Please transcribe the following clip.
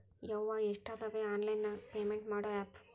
ಯವ್ವಾ ಎಷ್ಟಾದವೇ online payment ಮಾಡೋ ಆಪ್